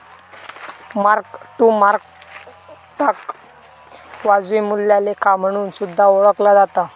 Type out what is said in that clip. mark to मार्केटाक वाजवी मूल्या लेखा म्हणून सुद्धा ओळखला जाता